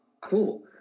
Cool